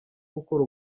gukora